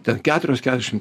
ten keturios kedešim